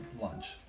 lunch